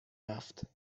رفت